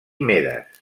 medes